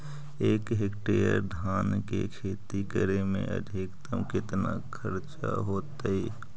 एक हेक्टेयर धान के खेती करे में अधिकतम केतना खर्चा होतइ?